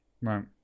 Right